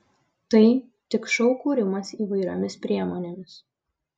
tai tik šou kūrimas įvairiomis priemonėmis